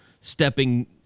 stepping